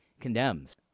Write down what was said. condemns